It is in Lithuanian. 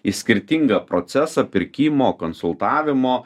į skirtingą procesą pirkimo konsultavimo